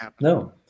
No